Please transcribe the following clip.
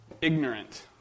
ignorant